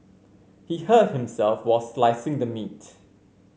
he hurt himself while slicing the meat